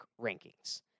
rankings